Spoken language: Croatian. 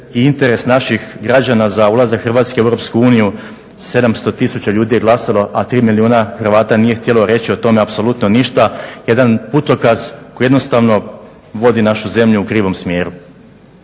interes naših građana za ulazak Hrvatske u Europsku uniju, 700 000 ljudi je glasalo, a 3 milijuna Hrvata nije htjelo reći o tome apsolutno ništa, jedan putokaz koji jednostavno vodi našu zemlju u krivom smjeru.